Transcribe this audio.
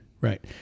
right